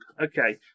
okay